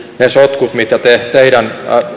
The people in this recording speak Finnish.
ne sotkut mitä teidän